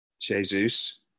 Jesus